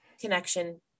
connection